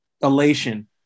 elation